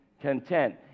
content